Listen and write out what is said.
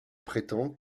prétend